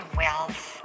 wealth